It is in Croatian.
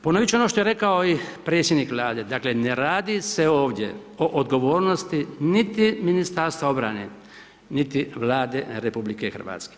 Ponovit ću ono što je rekao i predsjednik Vlade, dakle ne radi se ovdje o odgovornosti niti Ministarstva obrane niti Vlade RH.